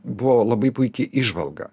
buvo labai puiki įžvalga